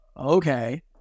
okay